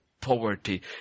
poverty